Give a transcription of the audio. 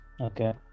Okay